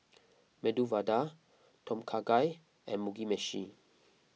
Medu Vada Tom Kha Gai and Mugi Meshi